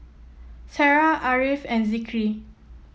Sarah Ariff and Zikri